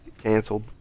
canceled